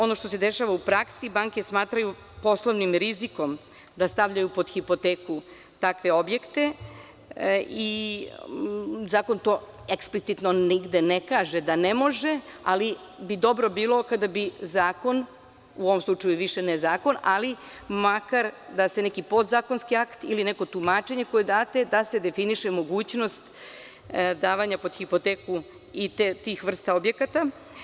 Ono što se dešava u praksi, banke smatraju poslovnim rizikom da stavljaju pod hipoteku takve objekte i zakon to eksplicitno nigde ne kaže da ne može, ali bi dobro bilo kada bi zakon, u ovom slučaju više ne zakon, ali makar da se neki podzakonski akt ili neko tumačenje koje date da se definiše mogućnost davanja pod hipoteku i tih vrsta objekata.